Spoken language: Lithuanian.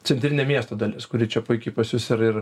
centrinė miesto dalis kuri čia puikiai pas jus ir ir